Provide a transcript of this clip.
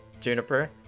Juniper